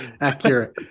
accurate